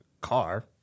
car